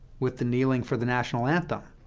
with the kneeling for the national anthem.